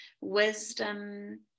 wisdom